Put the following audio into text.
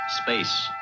space